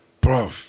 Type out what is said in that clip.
Bro